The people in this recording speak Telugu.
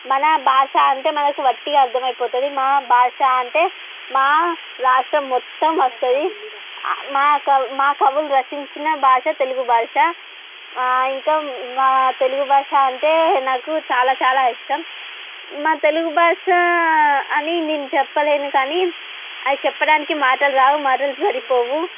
మన భాష అంటే మనకు వట్టిగా అర్థం అయిపోతది మా భాష అంటే మా రాష్ట్రం మొత్తం వస్తది మా కవు మా కవులు రచించిన భాష తెలుగు భాష ఇంకా తెలుగు భాష అంటే నాకు చాలా చాలా ఇష్టం మా తెలుగు భాష అని నేను చెప్పలేను కానీ అది చెప్పడానికి మాటలు రావు మాటలు సరిపోవు